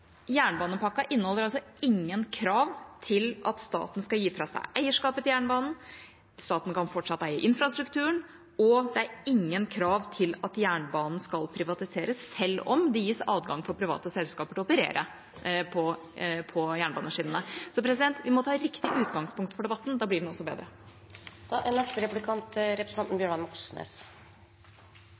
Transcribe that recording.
inneholder ingen krav til at staten skal gi fra seg eierskapet til jernbanen. Staten kan fortsatt eie infrastrukturen, og det er ingen krav til at jernbanen skal privatiseres, selv om det gis adgang for private selskaper til å operere på jernbaneskinnene. Vi må ha riktig utgangspunkt for debatten. Da blir den også bedre. Det er